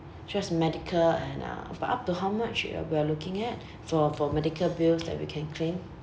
just medical and uh up to how much uh we are looking at for for medical bills that we can claim